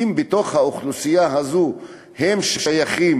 אם האוכלוסייה הזאת שייכת